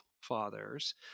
fathers